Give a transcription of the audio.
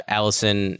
Allison